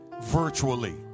virtually